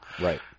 right